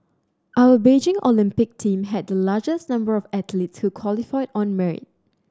our Beijing Olympic team had the largest number of athletes who qualified on merit